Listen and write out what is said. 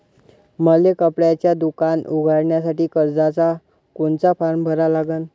मले कपड्याच दुकान उघडासाठी कर्जाचा कोनचा फारम भरा लागन?